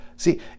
See